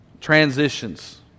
transitions